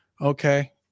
Okay